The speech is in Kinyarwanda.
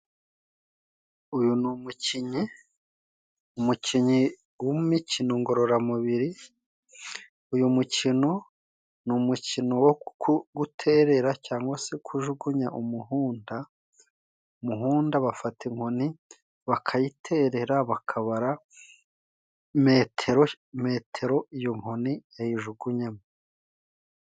Uyu ni umukinyi, umukinyi wo mu mikino ngororamubiri, uyu mukino ni umukino wo guterera cyangwa se kujugunya umuhunda, umuhunda bafata inkoni bakayiterera, bakabara metero iyo in nkoni yayijugunyemo.